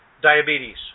diabetes